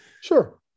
Sure